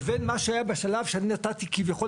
לבין מה שהיה בשלב שאני נתתי כביכול,